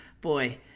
boy